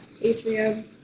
atrium